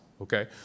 okay